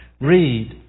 Read